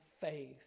faith